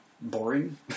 Boring